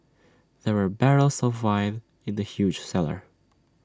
there were barrels of wine in the huge cellar